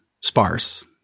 sparse